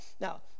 now